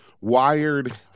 wired